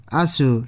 asu